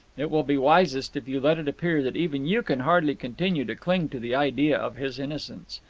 it will be wisest if you let it appear that even you can hardly continue to cling to the idea of his innocence.